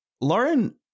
Lauren